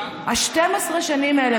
12 השנים האלה,